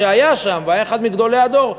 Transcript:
שהיה שם והיה אחד מגדולי הדור,